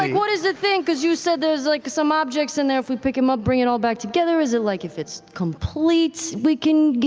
like what is the thing because you said there's like some objects in there, if we pick him up, bring it all back together, is it like if it's complete we can, you